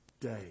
day